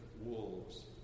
wolves